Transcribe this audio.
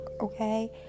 okay